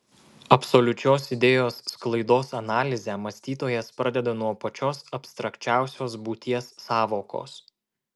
absoliučios idėjos sklaidos analizę mąstytojas pradeda nuo pačios abstrakčiausios būties sąvokos